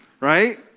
right